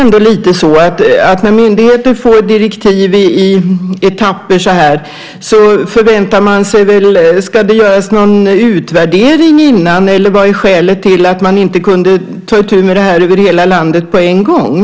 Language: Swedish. När myndigheter får direktiv i etapper så här förväntar man sig någon utvärdering innan. Vad är annars skälet till att man inte kunde ta itu med det här över hela landet på en gång?